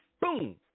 Boom